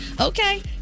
Okay